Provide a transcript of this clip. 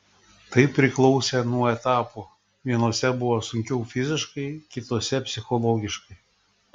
tai priklausė nuo etapų vienuose buvo sunkiau fiziškai kituose psichologiškai